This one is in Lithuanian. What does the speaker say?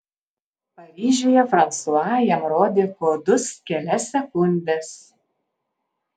paryžiuje fransua jam rodė kodus kelias sekundes